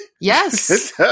Yes